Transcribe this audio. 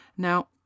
Now